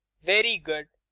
very good.